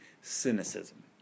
cynicism